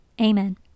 Amen